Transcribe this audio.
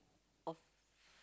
of